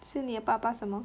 是你的爸爸什么